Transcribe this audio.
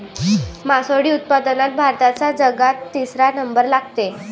मासोळी उत्पादनात भारताचा जगात तिसरा नंबर लागते